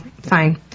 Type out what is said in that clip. fine